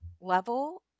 level